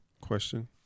Question